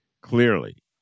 clearly